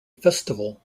festival